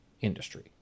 industry